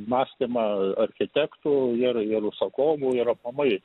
mąstymą architektų ir ir užsakovų ir aplamai